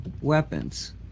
weapons